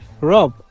Rob